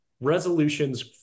resolutions